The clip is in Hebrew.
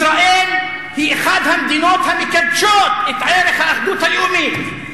ישראל היא אחת המדינות המקדשות את ערך האחדות הלאומית.